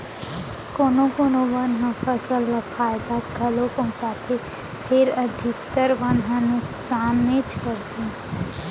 कोना कोनो बन ह फसल ल फायदा घलौ पहुँचाथे फेर अधिकतर बन ह नुकसानेच करथे